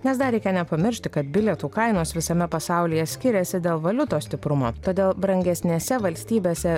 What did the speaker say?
nes dar reikia nepamiršti kad bilietų kainos visame pasaulyje skiriasi dėl valiutos stiprumo todėl brangesnėse valstybėse